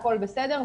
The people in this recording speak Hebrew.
הכול בסדר,